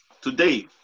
Today